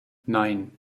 nein